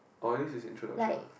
oh this is introduction lah